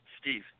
Steve